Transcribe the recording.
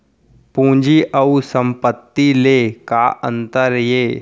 पूंजी अऊ संपत्ति ले का अंतर हे?